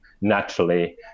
naturally